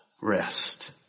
Rest